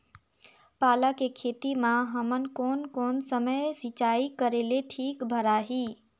पाला के खेती मां हमन कोन कोन समय सिंचाई करेले ठीक भराही?